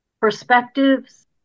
perspectives